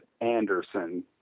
Anderson